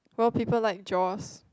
well people like Jaws